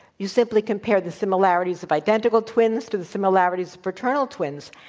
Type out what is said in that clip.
you simply compare the similarities of identical twins to the similarities of fraternal twins.